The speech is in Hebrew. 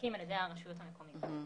מועסקים על-ידי הרשויות המקומיות.